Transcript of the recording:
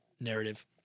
narrative